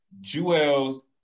jewels